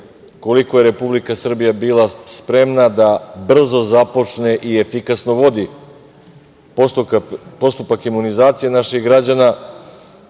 koliko je Republika Srbija bila spremna da brzo započne i efikasno vodi postupak imunizacije naših građana.